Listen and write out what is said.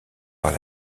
par